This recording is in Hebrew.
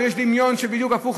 או יש דמיון בדיוק הפוך,